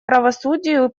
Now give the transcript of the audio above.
правосудию